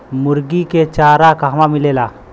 मुर्गी के चारा कहवा मिलेला?